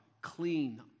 clean